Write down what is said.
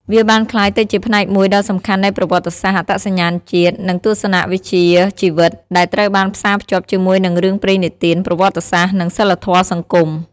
វាបានក្លាយទៅជាផ្នែកមួយដ៏សំខាន់នៃប្រវត្តិសាស្ត្រ អត្តសញ្ញាណជាតិ និង ទស្សនវិជ្ជាជីវិត ដែលត្រូវបានផ្សារភ្ជាប់ជាមួយនឹងរឿងព្រេងនិទាន ប្រវត្តិសាស្ត្រ និងសីលធម៌សង្គម។